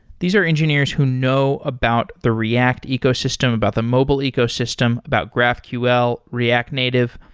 these are engineers who know about the react ecosystem, about the mobile ecosystem, about graphql, react native.